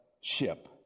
ship